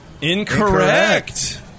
Incorrect